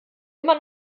immer